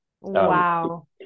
wow